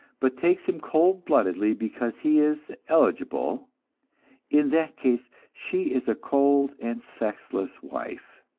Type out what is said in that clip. but takes him cold-bloodedly because he is eligible in that case she is a cold and sexless wife.